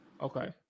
Okay